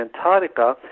Antarctica